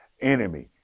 enemy